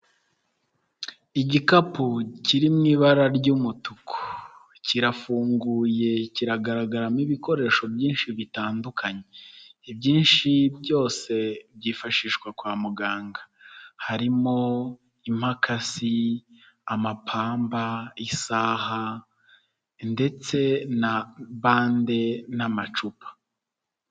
Igikapu kiri mu ibara ry'umutuku. Kirafunguye, kiragaragaramo ibikoresho byinshi bitandukanye. Ibyinshi byose byifashishwa kwa muganga. Harimo imakasi, amapamba, isaha, ndetse na bande, n'amacupa.